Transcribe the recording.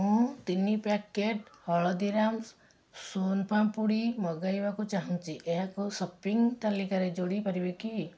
ମୁଁ ତିନି ପ୍ୟାକେଟ୍ ହଳଦୀରାମ୍ସ୍ ସୋନ୍ ପାମ୍ପୁଡ଼ି ମଗାଇବାକୁ ଚାହୁଁଛି ଏହାକୁ ସପିଂ ତାଲିକାରେ ଯୋଡ଼ି ପାରିବେ କି